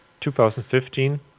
2015